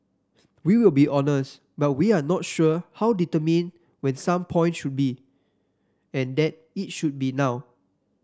we will be honest but we're not sure how determined when some point should be and that it should be now